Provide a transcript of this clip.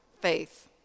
faith